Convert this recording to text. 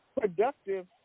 productive